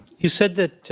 you said that,